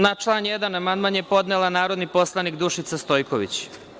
Na član 1. amandman je podnela narodni poslanik Dušica Stojković.